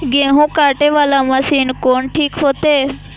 गेहूं कटे वाला मशीन कोन ठीक होते?